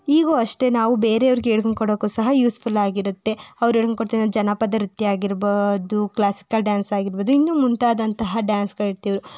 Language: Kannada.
ಈಗೂ ಅಷ್ಟೇ ನಾವು ಬೇರೆಯವರಿಗೆ ಹೇಳ್ಕೊಂಕೊಡಕು ಸಹ ಯೂಸ್ಫುಲ್ ಆಗಿರುತ್ತೆ ಅವರು ಹೇಳ್ಕೊಂಕೊಡ್ತಿದ ಜಾನಪದ ನೃತ್ಯ ಆಗಿರ್ಬೋದು ಕ್ಲಾಸಿಕಲ್ ಡಾನ್ಸ್ ಆಗಿರ್ಬೋದು ಇನ್ನೂ ಮುಂತಾದಂತಹ ಡಾನ್ಸ್ಗಳು ತಿಳ್